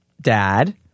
dad